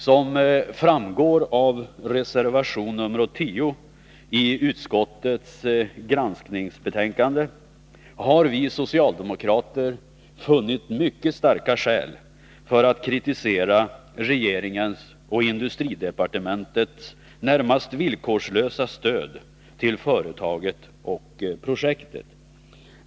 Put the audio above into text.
Som framgår av reservation nr 10 i utskottets granskningsbetänkande har vi socialdemokrater funnit mycket starka skäl för att kritisera regeringens och industridepartementets närmast villkorslösa stöd till företaget och projektet.